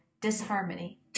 Disharmony